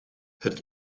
het